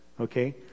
Okay